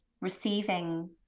receiving